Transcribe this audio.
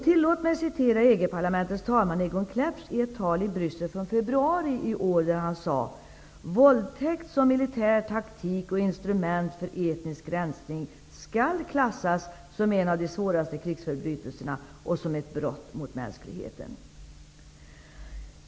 Tillåt mig att citera EG-parlamentets talman Han sade: ''Våldtäkt som militär taktik och instrument för etnisk rensning skall klassas som en av de svåraste krigsförbrytelserna och som ett brott mot mänskligheten''.